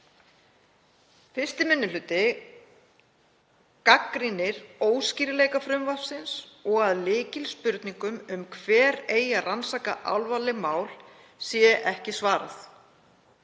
Fyrsti minni hluti gagnrýnir óskýrleika frumvarpsins og að lykilspurningum um hver eigi að rannsaka alvarleg mál sé ekki svarað.